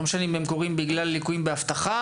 לא משנה אם הם קורים בגלל ליקויים באבטחה,